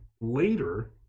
later